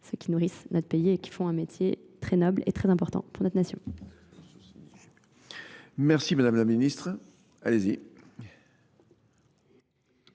ceux qui nourrissent notre pays et qui font un métier très noble et très important pour notre nation. Merci Madame la Ministre. Allez-y.